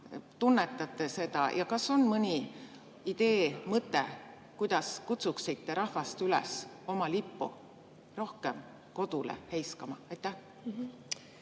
tunnetate seda? Ja kas teil on mõni idee, mõte, kuidas kutsuksite rahvast üles oma lippu rohkem kodule heiskama? Aitäh,